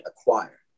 acquire